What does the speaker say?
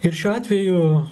ir šiuo atveju